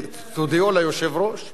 תודיעו ליושב-ראש.